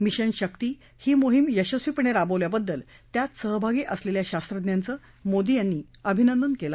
mission Shakti ही मोहीम यशस्वीपणे राबवल्याबद्दल त्यात सहभागी असलेल्या शास्त्रज्ञांचं मोदी यांनी अभिनंदन केलं